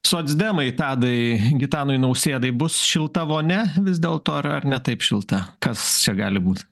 socdemai tadai gitanui nausėdai bus šilta vonia vis dėlto ar ar ne taip šilta kas čia gali būt